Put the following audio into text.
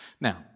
Now